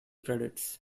credits